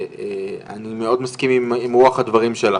ואני מאוד מסכים עם רוח הדברים שלך,